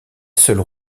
seule